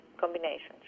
combinations